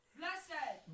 blessed